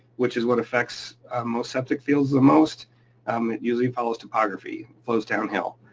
which is what affects most septic fields the most, um it usually follows topography, flows downhill.